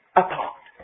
apart